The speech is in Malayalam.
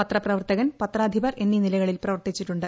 പത്രപ്രവർത്തകൻ പത്രാധിപർ എന്നീ നിലകളിൽ പ്രവർത്തിച്ചിട്ടുണ്ട്